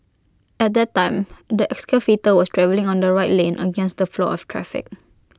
at that time the excavator was travelling on the right lane against the flow of traffic